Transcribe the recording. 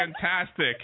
fantastic